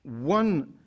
one